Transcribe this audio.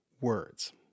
words